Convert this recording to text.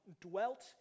dwelt